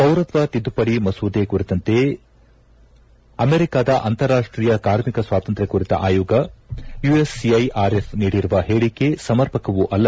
ಪೌರತ್ವ ತಿದ್ದುಪಡಿ ಮಸೂದೆ ಕುರಿತಂತೆ ಅಮೆರಿಕಾದ ಅಂತಾರಾಷ್ಷೀಯ ಕಾರ್ಮಿಕ ಸ್ವಾತಂತ್ರ್ಯ ಕುರಿತ ಆಯೋಗ ಯುಎಸ್ಸಿಐಆರ್ಎಫ್ ನೀಡಿರುವ ಹೇಳಿಕೆ ಸಮರ್ಪಕವೂ ಅಲ್ಲ